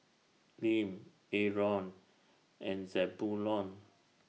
Lim Aron and Zebulon